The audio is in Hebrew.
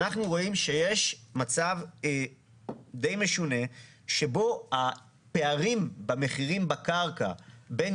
אנחנו רואים שיש מצב די משונה שבו הפערים במחירים בקרקע בין